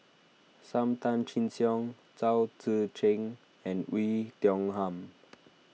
Sam Tan Chin Siong Chao Tzee Cheng and Oei Tiong Ham